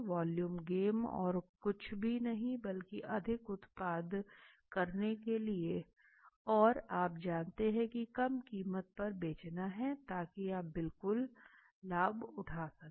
volume game और कुछ नहीं बल्कि अधिक उत्पादन करने के लिए है और आप जानते हैं कि कम कीमत पर बेचना है ताकि आप बिल्कुल भी लाभ उठा सकें